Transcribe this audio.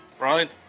right